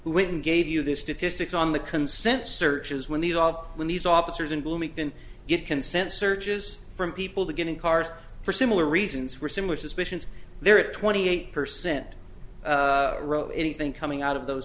and gave you this statistics on the consent searches when the law when these officers in bloomington give consent searches for people to get in cars for similar reasons for similar suspicions there are twenty eight percent wrote anything coming out of those